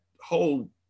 whole